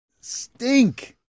stink